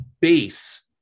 base